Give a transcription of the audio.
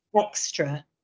extra